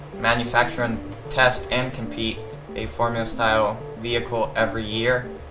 manufacture and test and compete a formula style vehicle every year.